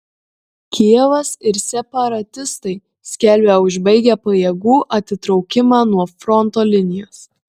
kijevas ir separatistai skelbia užbaigę pajėgų atitraukimą nuo fronto linijos